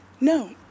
No